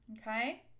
Okay